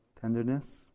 tenderness